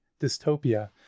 dystopia